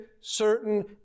certain